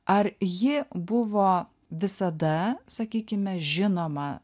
ar ji buvo visada sakykime žinoma